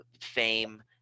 fame